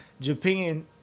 Japan